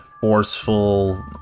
forceful